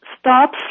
stop